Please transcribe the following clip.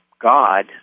God